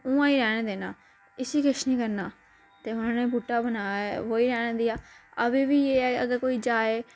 उ'आं ई रैह्न देना इसी किश निं करना ते उ'नें बूह्टा बी रहने दिया अभी भी यह कोई जाये